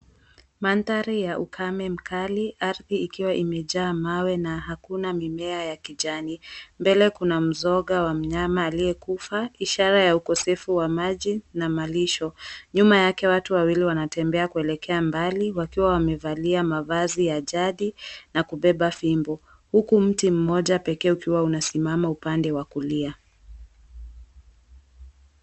Mandhari ya ukame mkali, ardhi ikiwa imejaa mawe na hakuna mimea ya kijani. Mbele kuna mzoga wa mnyama aliyekufa ishara ya ukosefu wa maji na malisho. Nyuma yake watu wawili wanatembea kuelekea mbali wakiwa wamevalia mavazi ya jadi na kubeba fimbo. Huku mti mmoja pekee ukiwa unasimama upande wa kulia.